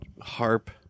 harp